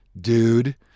dude